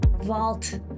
vault